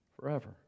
forever